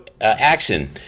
Action